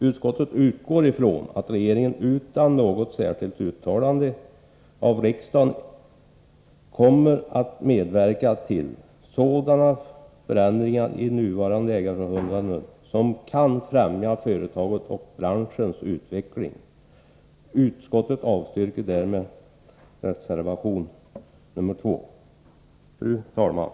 Utskottet utgår ifrån att regeringen utan något särskilt uttalande av riksdagen kommer att medverka till sådana förändringar i nuvarande ägandeförhållanden som kan främja företaget och branschens utveckling. Utskottsmajoriteten avstyrker därmed motion 2761, som följts upp i reservation nr 2. Fru talman!